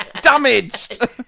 damaged